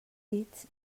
llits